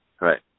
Right